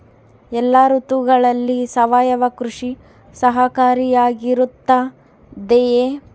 ಎಲ್ಲ ಋತುಗಳಲ್ಲಿ ಸಾವಯವ ಕೃಷಿ ಸಹಕಾರಿಯಾಗಿರುತ್ತದೆಯೇ?